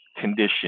condition